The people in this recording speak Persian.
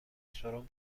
سرم